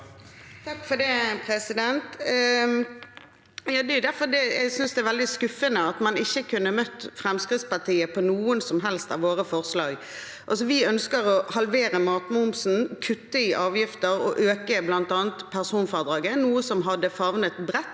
Det er derfor jeg sy- nes det er veldig skuffende at man ikke kunne møtt Fremskrittspartiet på noen som helst av våre forslag. Vi ønsker å halvere matmomsen, kutte i avgifter og øke bl.a. personfradraget, noe som hadde favnet bredt,